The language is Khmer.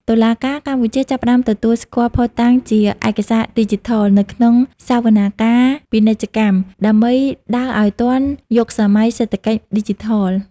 តុលាការកម្ពុជាចាប់ផ្ដើមទទួលស្គាល់ភស្តុតាងជា "ឯកសារឌីជីថល" នៅក្នុងសវនាការពាណិជ្ជកម្ម ដើម្បីដើរឱ្យទាន់យុគសម័យសេដ្ឋកិច្ចឌីជីថល។